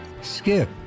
Skip